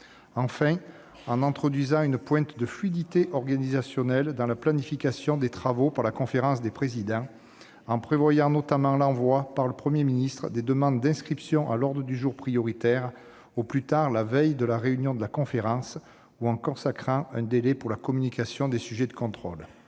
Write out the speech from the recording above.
enfin, en introduisant une pointe de fluidité organisationnelle dans la planification des travaux par la conférence des présidents. Il s'agit en particulier de prévoir l'envoi, par le Premier ministre, des demandes d'inscription à l'ordre du jour prioritaire au plus tard la veille de la réunion de la conférence, ou de consacrer un délai pour la communication des sujets de contrôle.